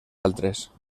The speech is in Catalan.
altres